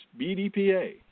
BDPA